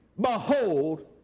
behold